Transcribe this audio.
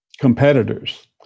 competitors